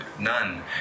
None